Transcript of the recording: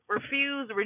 Refuse